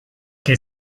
che